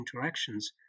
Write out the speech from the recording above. interactions